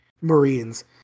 marines